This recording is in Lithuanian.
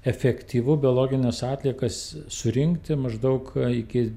efektyvu biologines atliekas surinkti maždaug iki